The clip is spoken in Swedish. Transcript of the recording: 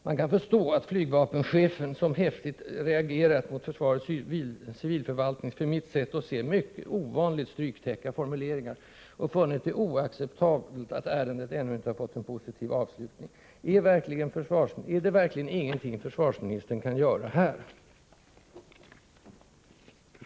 Man kan förstå att flygvapenchefen, som häftigt reagerat mot försvarets civilförvaltnings för mitt sätt att se ovanligt stryktäcka formuleringar, funnit det oacceptabelt att ärendet ännu inte har fått en positiv avslutning. Är det verkligen ingenting försvarsministern kan göra här?